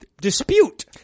dispute